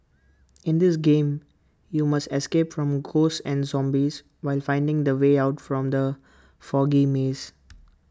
in this game you must escape from ghosts and zombies while finding the way out from the foggy maze